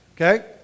Okay